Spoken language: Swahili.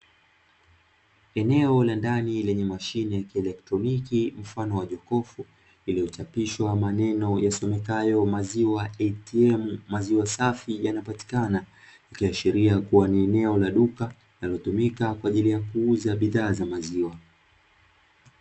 Eneo la ndani lenye mashine ya kieletroniki mfano wa jokofu lililochapishwa maneno yasomekayo "maziwa "ATM" maziwa safi yanapatiakana". Ikiashiria kuwa ni eneo la duka linalotumika kwaajili ya kuuza bidhaa za maziwa.